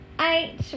Eight